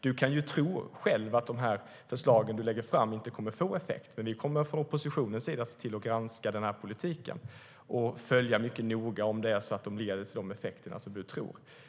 Du kan ju själv tro att de förslag du lägger fram inte kommer att få effekt, men vi kommer från oppositionens sida se till att granska den här politiken och följa mycket noga vilka effekter den får.